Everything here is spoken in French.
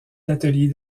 l’atelier